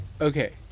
Okay